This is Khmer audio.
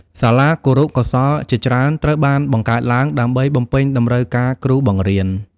សាលាគរុកោសល្យជាច្រើនត្រូវបានបង្កើតឡើង ដើម្បីបំពេញតម្រូវការគ្រូបង្រៀន។